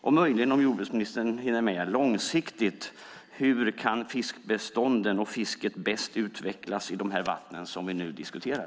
Kanske hinner jordbruksministern också kommentera hur fiskbestånden och fisket bäst kan utvecklas långsiktigt i de vatten vi diskuterar.